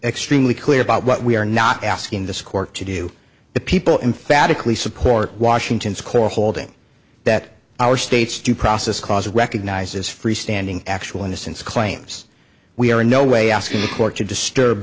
extremely clear about what we are not asking this court to do the people in phatic we support washington's core holding that our state's due process clause recognizes freestanding actual innocence claims we are in no way asking the court to disturb